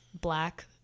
black